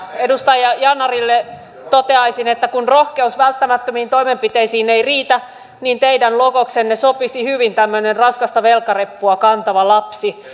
edustaja yanarille toteaisin että kun rohkeus välttämättömiin toimenpiteisiin ei riitä niin teidän logoksenne sopisi hyvin tämmöinen hyvin raskasta velkareppua kantava lapsi